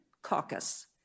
caucus